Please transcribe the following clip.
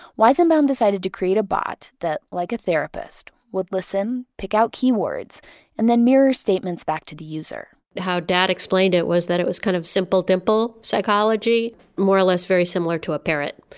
weizenbaum decided to create a bot that like a therapist, would listen, pick out keywords and then mirror statements back to the user how dad explained it was that it was kind of, simple dimple, psychology, more or less very similar to a parrot.